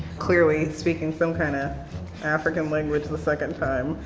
clearly speaking some kinda african language the second time.